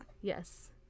Yes